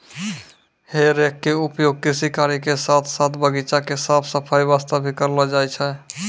हे रेक के उपयोग कृषि कार्य के साथॅ साथॅ बगीचा के साफ सफाई वास्तॅ भी करलो जाय छै